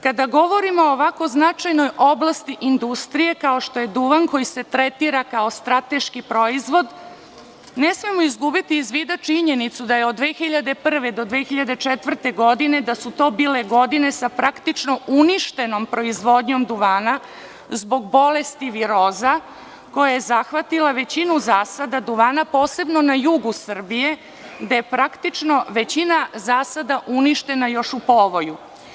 Kada govorimo o ovako značajnoj oblasti industrije kao što je duvan koji se tretira kao strateški proizvod ne smemo izgubiti iz vida činjenicu da je od 2001. godine do 2004. godine, da su to bile godine sa praktično uništenom proizvodnjom duvana zbog bolesti viroza koja je zahvatila većinu zasada duvana, posebno na jugu Srbije gde je praktično većina zasada uništena još u povoju.